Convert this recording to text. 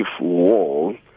wall